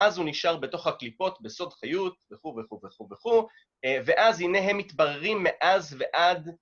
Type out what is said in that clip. אז הוא נשאר בתוך הקליפות בסוד חיות, וכו' וכו' וכו' וכו', ואז הנה הם מתבררים מאז ועד...